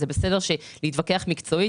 זה בסדר להתווכח מקצועית,